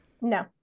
No